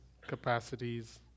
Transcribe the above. capacities